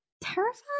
terrified